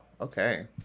okay